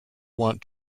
want